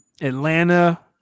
Atlanta